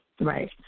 Right